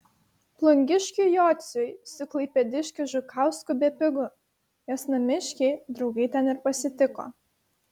plungiškiui jociui su klaipėdiškiu žukausku bepigu juos namiškiai draugai ten ir pasitiko